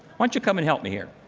why don't you come and help me here.